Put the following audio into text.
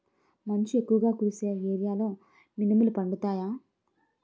మంచు ఎక్కువుగా కురిసే ఏరియాలో మినుములు పండుతాయా?